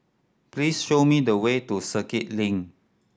please show me the way to Circuit Link